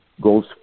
goes